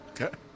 Okay